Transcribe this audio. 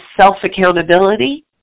self-accountability